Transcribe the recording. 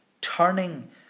Turning